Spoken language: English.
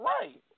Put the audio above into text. Right